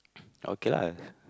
okay lah